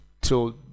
till